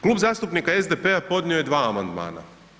Klub zastupnika SDP-a podnio je dva amandmana.